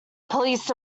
police